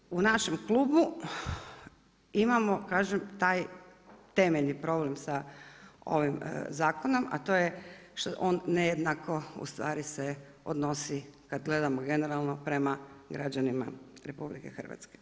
Znači mi u našem klubu imamo kažem, taj temeljni problem sa ovim zakonom a to je što on nejednako ustvari se odnosi kad gledamo generalno, prema građanima RH.